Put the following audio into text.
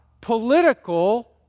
political